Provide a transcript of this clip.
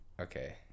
Okay